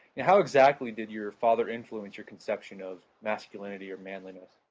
and how exactly did your father influenced your conception of masculinity or manliness?